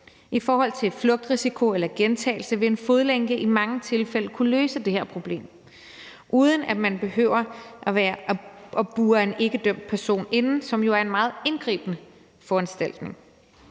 I forhold til en flugtrisiko eller en gentagelse vil en fodlænke i mange tilfælde kunne løse det her problem, uden at man behøver at bure en ikkedømt person inde, hvilket jo er en meget indgribende foranstaltning.